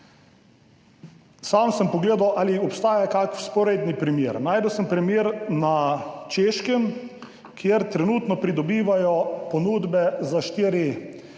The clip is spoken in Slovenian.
Sam sem pogledal, ali obstaja kak vzporedni primer. Našel sem primer na Češkem, kjer trenutno pridobivajo ponudbe za štiri